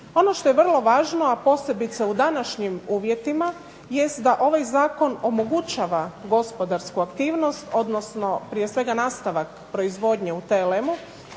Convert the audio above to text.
Ono što je vrlo važno, a posebice u današnjim uvjetima, jest da ovaj zakon omogućava gospodarsku aktivnost, odnosno prije svega nastavak proizvodnje u TLM-u,